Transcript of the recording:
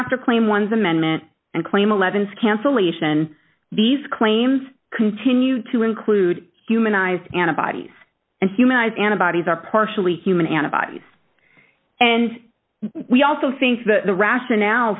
after claim once amendment and claim eleven's cancellation these claims continue to include humanised antibodies and human eyes antibodies are partially human antibodies and we also think that the rationale